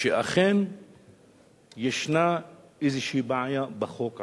שאכן יש איזושהי בעיה בחוק עצמו,